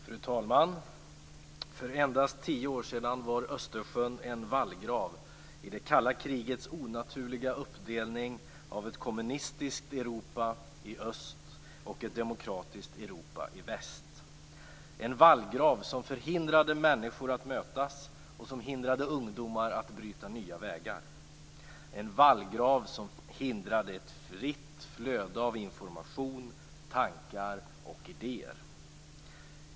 Fru talman! För endast tio år sedan var Östersjön en vallgrav i det kalla krigets onaturliga uppdelning i ett kommunistiskt Europa i öst och ett demokratiskt Europa i väst - en vallgrav som förhindrade människor att mötas och hindrade ungdomar att bryta nya vägar, en vallgrav som hindrade ett fritt flöde av information, tankar och idéer.